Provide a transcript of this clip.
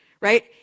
right